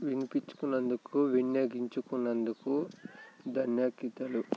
వినిపించుకున్నందుకు విన్నవించుకున్నందుకు ధన్యవాదాలు